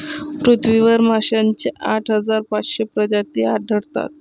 पृथ्वीवर माशांच्या आठ हजार पाचशे प्रजाती आढळतात